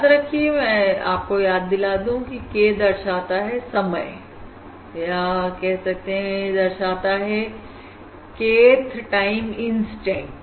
याद रखिए मैं आपको फिर से याद दिला दूं की k दर्शाता है समय दर्शाता है k th टाइम इंसटेंट